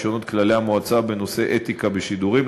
הרישיונות כללי המועצה בנושא אתיקה בשידורים,